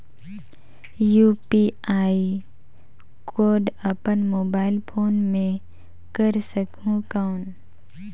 UPI code अपन mobile phone मे कर सकहुं कौन?